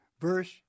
Verse